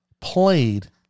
played